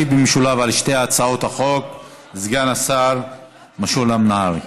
ישיב במשולב על שתי הצעת החוק סגן השר משולם נהרי.